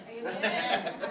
Amen